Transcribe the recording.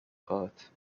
heart